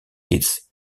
its